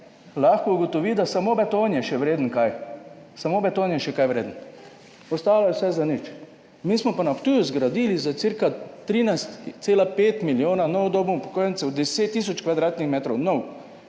lahko ugotovi, da je samo beton še nekaj vreden, ostalo je vse zanič. Mi smo pa na Ptuju zgradili za ca 13,5 milijona nov dom upokojencev, 10 tisoč kvadratnih metrov,